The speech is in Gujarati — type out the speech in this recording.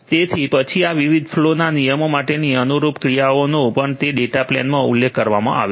તેથી પછી આ વિવિધ ફલૉ ના નિયમો માટેની અનુરૂપ ક્રિયાઓનો પણ તે ડેટા પ્લેનમાં ઉલ્લેખ કરવામાં આવ્યો છે